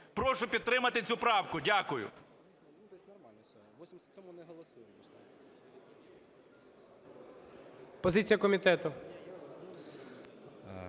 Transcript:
Прошу підтримати цю правку. Дякую.